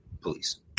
police